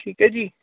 ਠੀਕ ਹੈ ਜੀ